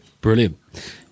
Brilliant